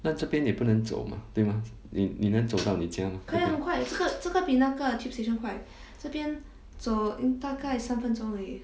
那这边也不能走嘛对吗你你能走到你家吗